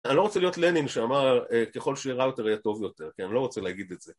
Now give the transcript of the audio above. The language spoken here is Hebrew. אני לא רוצה להיות לנין שאמר, ככל שרע יותר, יהיה טוב יותר, כן, אני לא רוצה להגיד את זה.